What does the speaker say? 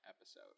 episode